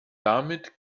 damit